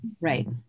right